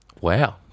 Wow